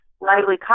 Lively